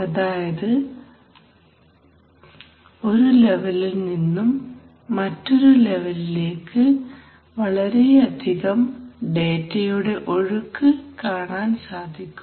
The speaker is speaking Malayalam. അതായത് ഒരു ലെവലിൽ നിന്നും മറ്റൊരു ലെവലിലേക്ക് വളരെയധികം ഡേറ്റയുടെ ഒഴുക്ക് കാണാൻ സാധിക്കും